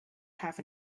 half